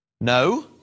No